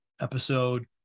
episode